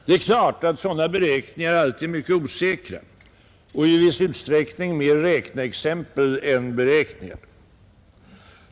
Det är klart att sådana beräkningar alltid är mycket osäkra och i viss utsträckning mer räkneexempel än beräkningar.